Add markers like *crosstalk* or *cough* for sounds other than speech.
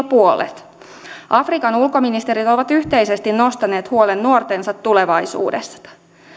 *unintelligible* puolet afrikan ulkoministerit ovat yhteisesti nostaneet huolen nuortensa tulevaisuudesta